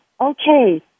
okay